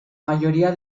mayoría